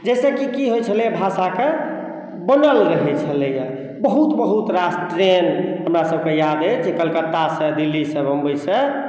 जेनाकि की होइत छलै भाषाके बनल रहैत छलैया बहुत बहुत रास ट्रेन हमरा सबके याद अछि जे कलकत्ता से दिल्ली से बम्बइ से